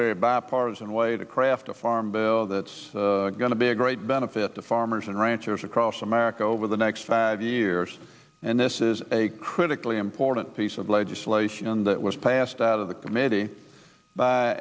very bipartisan way to craft a farm bill that's going to be a great benefit to farmers and ranchers across america over the next five years and this is a critically important piece of legislation that was passed out of the committee by